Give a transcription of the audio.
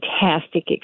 fantastic